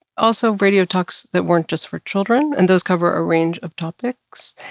also, radio talks that weren't just for children, and those cover a range of topics.